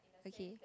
okay